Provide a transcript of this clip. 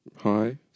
Hi